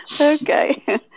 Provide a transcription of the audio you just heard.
Okay